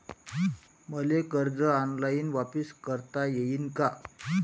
मले कर्ज ऑनलाईन वापिस करता येईन का?